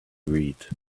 read